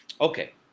Okay